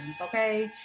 okay